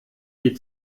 die